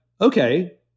okay